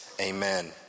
Amen